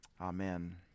amen